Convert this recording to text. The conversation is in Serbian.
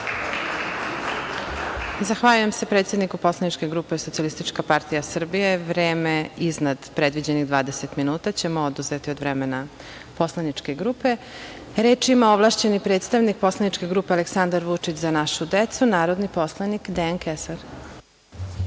Zahvaljujem se predsedniku poslaničke grupe SPS.Vreme iznad predviđenih 20 minuta ćemo oduzeti od vremena poslaničke grupe. Reč ima ovlašćeni predstavnik poslaničke grupe Aleksandar Vučić – Za našu decu, narodni poslanik Dejan Kesar.